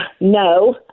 No